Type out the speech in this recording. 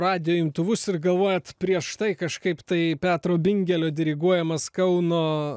radijo imtuvus ir galvojat prieš tai kažkaip tai petro bingelio diriguojamas kauno